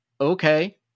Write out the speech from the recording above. Okay